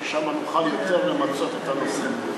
כי שם נוכל יותר למצות את הנושא.